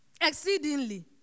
Exceedingly